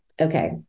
okay